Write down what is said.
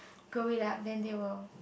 grow it up then they will